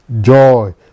joy